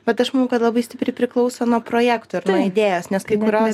bet aš manau kad labai stipriai priklauso nuo projekto idėjos nes kai kurios